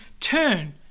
turn